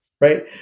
Right